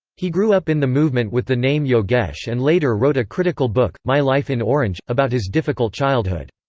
he grew up in the movement with the name yogesh and later wrote a critical book, my life in orange, about his difficult childhood.